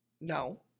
No